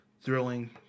thrilling